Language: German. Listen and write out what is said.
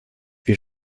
wir